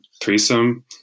threesome